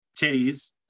titties